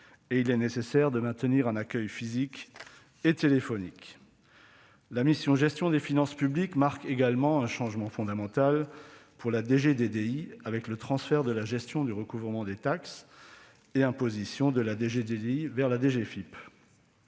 Il est nécessaire de maintenir un accueil physique et téléphonique. La mission « Gestion des finances publiques » marque également un changement fondamental pour la DGDDI, avec le transfert de la gestion du recouvrement des taxes et impositions vers la DGFiP.